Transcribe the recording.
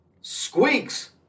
squeaks